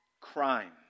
crime